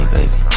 Baby